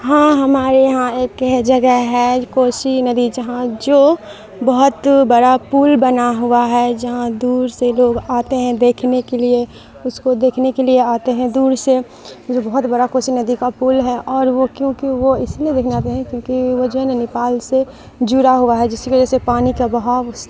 ہاں ہمارے یہاں ایک ہے جگہ ہے کوسی ندی جہاں جو بہت بڑا پل بنا ہوا ہے جہاں دور سے لوگ آتے ہیں دیکھنے کے لیے اس کو دیکھنے کے لیے آتے ہیں دور سے جو بہت بڑا کوسی ندی کا پل ہے اور وہ کیونکہ وہ اس لیے دیکھنے آتے ہیں کیونکہ وہ جو ہے نا نیپال سے جڑا ہوا ہے جس کی وجہ سے پانی کا بہاؤ